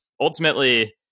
ultimately